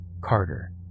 Carter